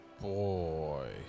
Boy